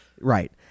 Right